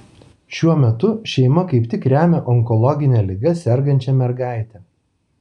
šiuo metu šeima kaip tik remia onkologine liga sergančią mergaitę